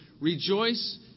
Rejoice